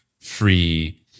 free